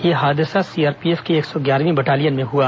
यह हादसा सीआरपीएफ की एक सौ ग्यारहवीं बटालियन में हुआ